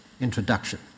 introduction